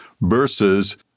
versus